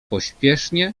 pośpiesznie